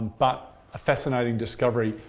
but a fascinating discovery,